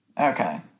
Okay